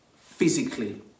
physically